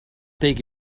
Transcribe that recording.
big